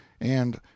And—